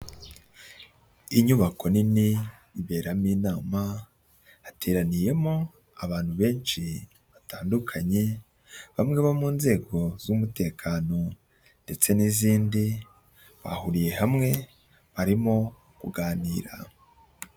Inyubako nini iberamo inama hateraniyemo abantu benshi batandukanye, bamwe mu nzego z'umutekano ndetse n'izindi; bahuriye hamwe barimo kuganira.